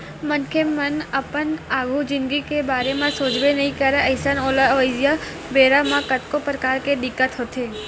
मनखे मन अपन आघु जिनगी के बारे म सोचबे नइ करय अइसन ओला अवइया बेरा म कतको परकार के दिक्कत होथे